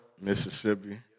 Mississippi